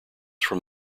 from